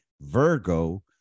Virgo